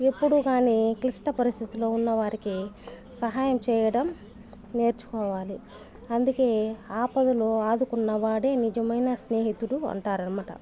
ఎప్పుడూ కానీ క్లిష్ట పరిస్థితుల్లో ఉన్న వారికి సహాయం చేయడం నేర్చుకోవాలి అందుకే ఆపదలో ఆదుకున్న వాడే నిజమైన స్నేహితుడు అంటారనమాట